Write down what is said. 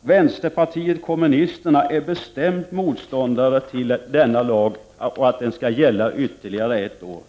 Vänsterpartiet kommunisterna är bestämd motståndare till att denna lag skall gälla ytterligare ett år.